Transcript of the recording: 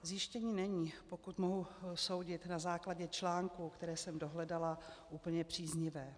Zjištění není, pokud mohu soudit na základě článků, které jsem dohledala, úplně příznivé.